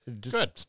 Good